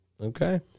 Okay